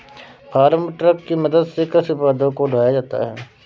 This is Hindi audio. फार्म ट्रक की मदद से कृषि उत्पादों को ढोया जाता है